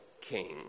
king